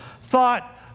thought